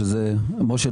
משה,